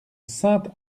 sainte